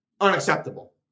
unacceptable